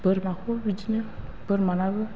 बोरमाखौबो बिदिनो बोरमानाबो